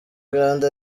grande